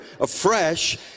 afresh